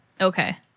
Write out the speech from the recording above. Okay